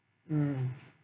mm